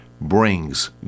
brings